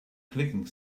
clicking